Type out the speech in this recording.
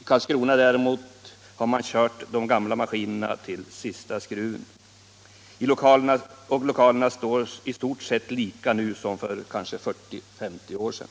I Karlskrona däremot har man kört de gamla maskinerna till sista skruven, och lokalerna står i stort sett likadana nu som för kanske 40-50 år sedan.